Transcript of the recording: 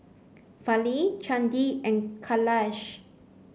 Gali Chandi and kailash